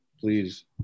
please